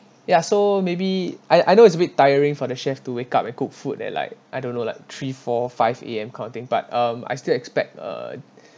ya so maybe I I know it's a bit tiring for the chef to wake up and cook food and like I don't know like three four five A_M kind of thing but um I still expect uh